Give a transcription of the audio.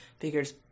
Figures